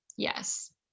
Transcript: Yes